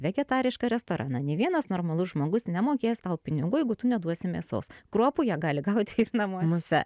vegetarišką restoraną nė vienas normalus žmogus nemokės tau pinigų jeigu tu neduosi mėsos kruopų jie gali gauti ir namuose